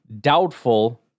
Doubtful